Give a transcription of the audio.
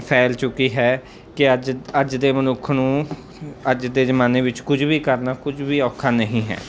ਫੈਲ ਚੁੱਕੀ ਹੈ ਕਿ ਅੱਜ ਅੱਜ ਦੇ ਮਨੁੱਖ ਨੂੰ ਅੱਜ ਦੇ ਜ਼ਮਾਨੇ ਵਿੱਚ ਕੁਝ ਵੀ ਕਰਨਾ ਕੁਝ ਵੀ ਔਖਾ ਨਹੀਂ ਹੈ